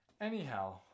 Anyhow